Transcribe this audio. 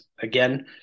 Again